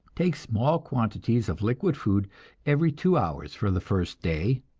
take small quantities of liquid food every two hours for the first day.